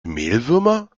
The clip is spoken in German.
mehlwürmer